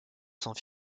sans